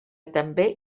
també